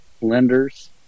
lenders